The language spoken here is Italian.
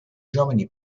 giovani